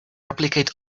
replicate